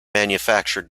manufactured